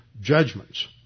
judgments